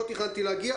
לא תכננתי להגיע,